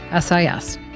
SIS